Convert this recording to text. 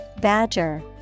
badger